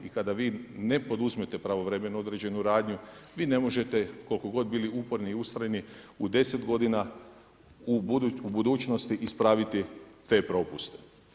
I kada vi ne poduzmete pravovremeno određenu radnju, vi ne možete koliko god bili uporni i ustrajni u 10 godina u budućnosti ispraviti te propuste.